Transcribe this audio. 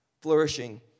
Flourishing